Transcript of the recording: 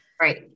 Right